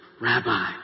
Rabbi